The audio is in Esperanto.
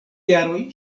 jaroj